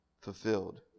fulfilled